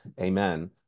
amen